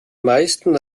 meisten